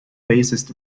bassist